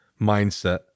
mindset